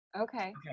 Okay